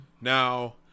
Now